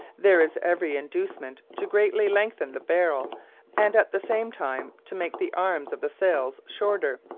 there is every inducement to greatly lengthen the barrel and at the same time to make the arms of the sails shorter,